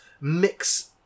mix